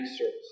service